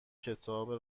کتاب